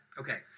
okay